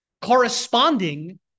corresponding